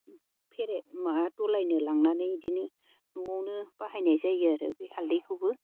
फेरेद माबा दुलायनो लांनानै इदिनो न'आवनो बाहायनाय जायो आरो बे हालदैखौबो